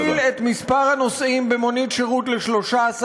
להגדיל את מספר הנוסעים במונית שירות ל-13,